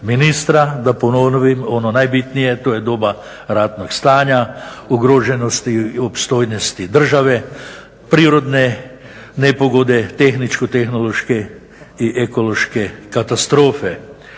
da ponovim ono najbitnije to je doba ratnog stanja, ugroženosti, opstojnosti države, prirodne nepogode, tehničko tehnološke i ekološke katastrofe